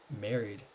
married